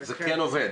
זה כן עובד,